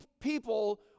people